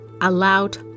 allowed